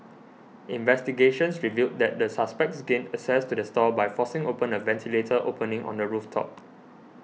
investigations revealed that the suspects gained access to the stall by forcing open a ventilator opening on the roof top